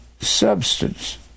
substance